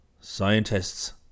Scientists